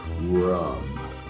rum